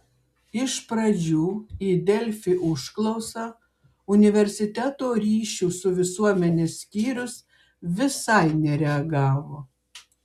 iš pradžių į delfi užklausą universiteto ryšių su visuomene skyrius visai nereagavo